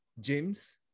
James